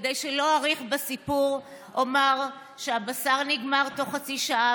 "כדי שלא להאריך את הסיפור אומר שהבשר נגמר תוך חצי שעה,